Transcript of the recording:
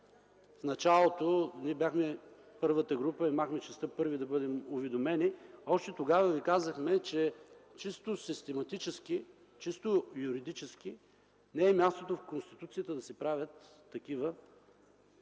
в началото ние бяхме първата група и имахме честта първи да бъдем уведомени, още тогава Ви казахме, че чисто систематически, чисто юридически не е мястото в Конституцията да се правят такива